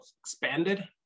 expanded